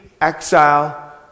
exile